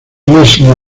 leslie